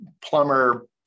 plumber